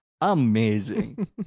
Amazing